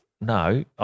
no